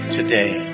today